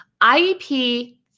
IEP